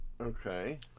Okay